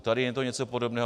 Tady je to něco podobného.